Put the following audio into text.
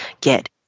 get